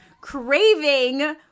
craving